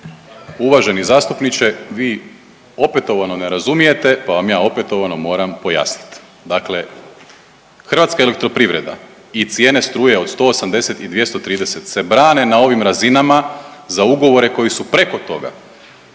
Uvaženi zastupniče, vi opetovano ne razumijete pa vam ja opetovano moram pojasnit. Dakle, HEP i cijene struje od 180 i 230 se brane na ovim razinama za ugovore koji su preko toga.